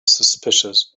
suspicious